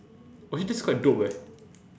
oh actually that's quite dope eh